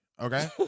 Okay